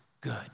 good